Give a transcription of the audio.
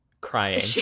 crying